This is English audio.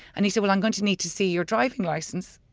and he said well, i'm going to need to see your driving licence.